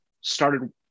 started